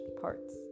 parts